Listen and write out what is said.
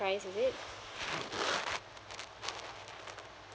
price is it